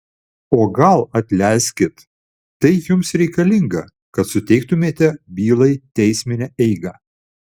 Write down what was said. o gal atleiskit tai jums reikalinga kad suteiktumėte bylai teisminę eigą